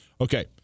Okay